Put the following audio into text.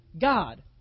God